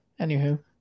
anywho